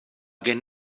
gen